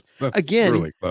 Again